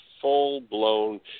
full-blown